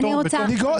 לגרום